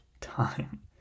time